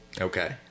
okay